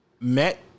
Met